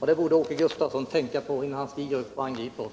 Det borde Åke Gustavsson tänka på innan han stiger upp och angriper oss.